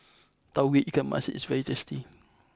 Tauge Ikan Masin is very tasty